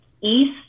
East